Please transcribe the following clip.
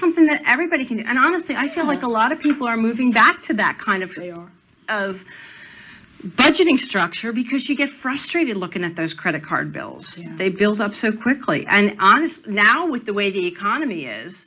something that everybody can and honestly i feel like a lot of people are moving back to that kind of of budgeting structure because you get frustrated looking at those credit card bills they build up so quickly and honest now with the way the economy is